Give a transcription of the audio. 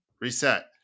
reset